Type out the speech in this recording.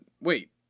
wait